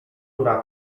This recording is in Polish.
która